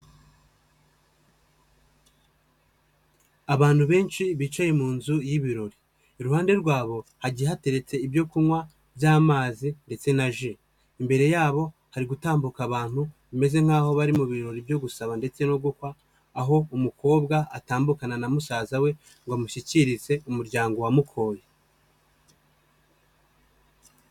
Abantu benshi bicaye mu nzu y'ibirori. Iruhande rwabo hagiye hateretse ibyo kunywa by'amazi ndetse na ji. Imbere yabo hari gutambuka abantu bameze nk'aho bari mu birori byo gusaba ndetse no gukwa. Aho umukobwa atambukana na musaza we ngo bamushyikirize umuryango wamukoye.